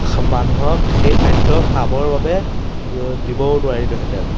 মানুহক সেই খাদ্য খাবৰ বাবে দিবও নোৱাৰিলোহেঁতেন